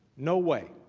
no way,